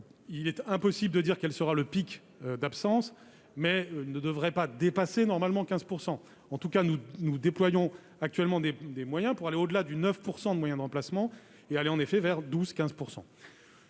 Il est impossible de dire quel sera le pic d'absences, mais il ne devrait pas dépasser normalement 15 %. En tout cas, nous déployons actuellement des moyens pour aller au-delà des 9 % de moyens de remplacement, c'est-à-dire aux alentours de 12